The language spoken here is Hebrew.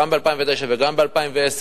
גם ב-2009 וגם ב-2010,